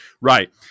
Right